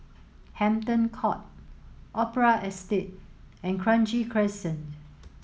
Hampton Court Opera Estate and Kranji Crescent